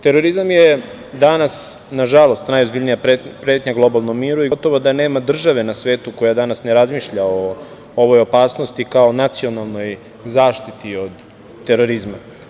Terorizam je danas, nažalost, najozbiljnija pretnja globalnom miru i gotovo da nema države na svetu koja danas ne razmišlja o ovoj opasnosti kao nacionalnoj zaštiti od terorizma.